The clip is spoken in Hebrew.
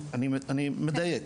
אני מדייק.